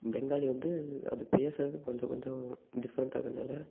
பெங்காலி வந்து அது பேசுறது கொஞ்சம் கொஞ்சம் டிஃப்ரெண்டாக இருக்கிறதுனால